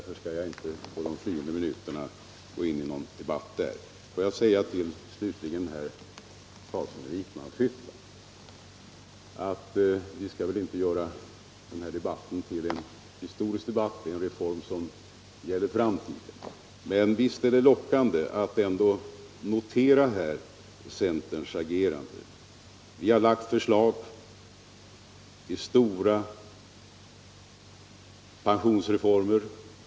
Får jag slutligen säga till herr Carlsson i Vikmanshyttan att vi väl inte skall göra detta till en debatt om historia — det är en reform som gäller framtiden. Men visst är det intressant att notera centerns agerande. Vi har lagt förslag om stora pensionsreformer.